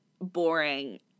boring